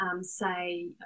say